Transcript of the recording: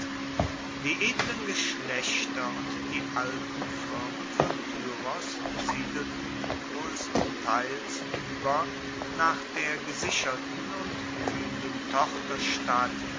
die edlen geschlechter und die alten firmen von tyros siedelten groesstenteils ueber nach der gesicherten und bluehenden